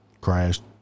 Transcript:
Crashed